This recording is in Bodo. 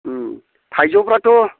थाइजौफ्राथ'